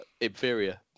inferior